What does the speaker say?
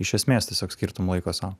iš esmės tiesiog skirtum laiko sau